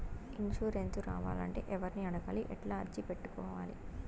Insurance రావాలంటే ఎవర్ని అడగాలి? ఎట్లా అర్జీ పెట్టుకోవాలి?